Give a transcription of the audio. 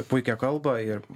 puikią kalbą ir